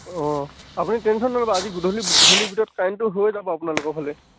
অঁ আপনি টেনচন নল'ব আজি গধূলি গধূলিৰ ভিতৰত কাৰেণ্টটো হৈ যাব আপোনালোকৰ ফালে